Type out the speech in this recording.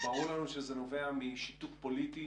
ברור לנו שזה נובע משיתוק פוליטי